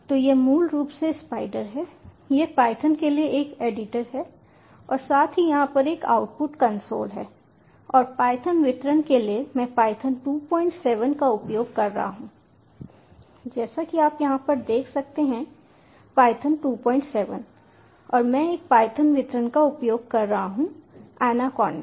तो यह मूल रूप से स्पाइडर है यह पायथन के लिए एक एडिटर है और साथ ही यहाँ पर एक आउटपुट कंसोल है और पायथन वितरण के लिए मैं पायथन 27 का उपयोग कर रहा हूँ जैसा कि आप यहाँ पर देख सकते हैं पायथन 27 और मैं एक पायथन वितरण का उपयोग कर रहा हूँ ऍनाकोन्डा